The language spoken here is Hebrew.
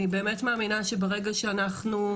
אני באמת מאמינה שברגע שאנחנו,